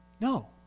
No